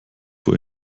vor